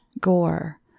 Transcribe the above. gore